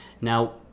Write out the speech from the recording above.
Now